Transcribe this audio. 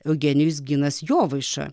eugenijus ginas jovaiša